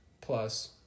plus